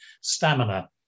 stamina